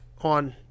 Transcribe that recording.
on